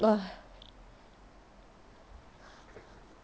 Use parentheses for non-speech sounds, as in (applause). (noise)